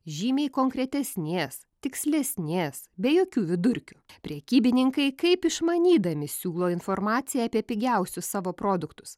žymiai konkretesnės tikslesnės be jokių vidurkių prekybininkai kaip išmanydami siūlo informaciją apie pigiausius savo produktus